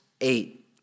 eight